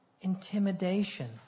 Intimidation